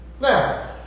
Now